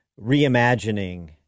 reimagining